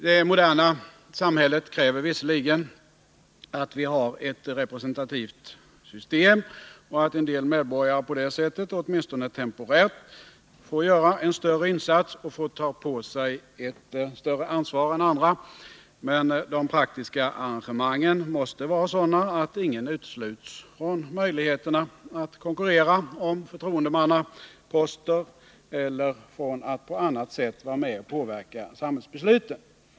Det moderna samhället kräver visserligen att vi har ett representativt system och att vissa medborgare på det sättet åtminstone temporärt får göra en större insats och ta på sig ett större ansvar än andra. Men de praktiska arrangemangen måste vara sådana att ingen utesluts från möjligheterna att konkurrera om förtroendemannaposter eller från att på annat sätt vara med och påverka samhällsbesluten.